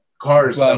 Cars